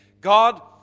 God